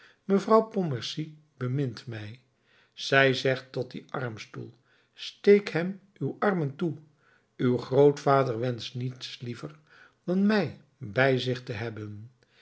mevrouw pontmercy bemint mij zij zegt tot dien armstoel steek hem uw armen toe uw grootvader wenscht niets liever dan mij bij zich te hebben